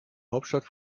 hauptstadt